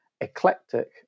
eclectic